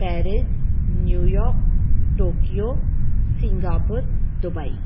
Paris New York Tokyo Singapore Dubai